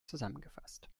zusammengefasst